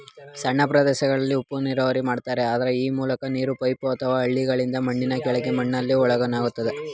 ಸಣ್ಣ ಪ್ರದೇಶಗಳಲ್ಲಿ ಉಪನೀರಾವರಿ ಮಾಡ್ತಾರೆ ಆ ಮೂಲಕ ನೀರು ಪೈಪ್ ಅಥವಾ ಹಳ್ಳಗಳಿಂದ ಮಣ್ಣಿನ ಕೆಳಗಿರುವ ಮಣ್ಣಲ್ಲಿ ಒಳನುಸುಳ್ತದೆ